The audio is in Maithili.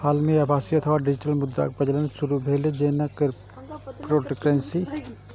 हाल मे आभासी अथवा डिजिटल मुद्राक प्रचलन शुरू भेलै, जेना क्रिप्टोकरेंसी